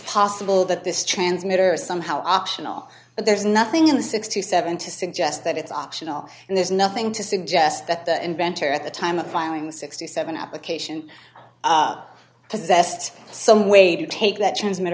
possible that this transmitter is somehow optional but there's nothing in the sixty seven dollars to suggest that it's optional and there's nothing to suggest that the inventor at the time of filing the sixty seven application possessed some way to take that transmit